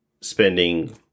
spending